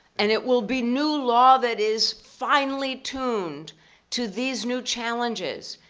and it will be new law that is finely tuned to these new challenges.